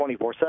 24-7